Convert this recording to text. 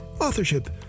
Authorship